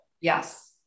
yes